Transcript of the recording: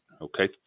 okay